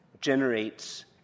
generates